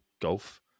golf